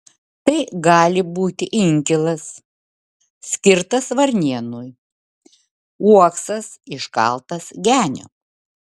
tai gali būti inkilas skirtas varnėnui uoksas iškaltas genio